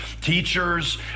teachers